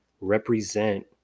represent